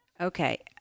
Okay